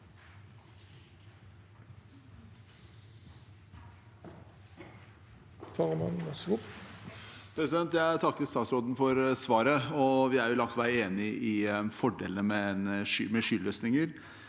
Jeg takker statsråden for svaret. Vi er langt på vei enige om fordelene med skyløsninger,